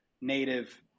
native